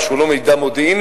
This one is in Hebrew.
שהוא לא מידע מודיעיני,